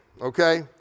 Okay